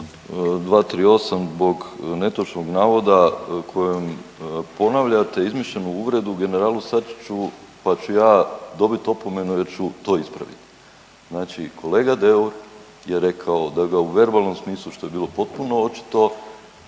238., zbog netočnog navoda kojom ponavljate izmišljenu uvredu generalu Sačiću pa ću ja dobit opomenu jer ću to ispraviti. Znači kolega Deur je rekao da ga u verbalnom smislu što je bilo potpuno očito